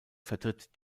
vertritt